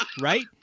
right